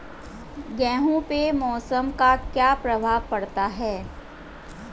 गेहूँ पे मौसम का क्या प्रभाव पड़ता है?